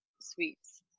sweets